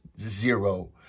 zero